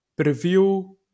preview